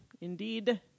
Indeed